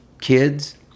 kids